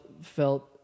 Felt